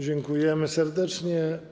Dziękujemy serdecznie.